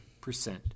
percent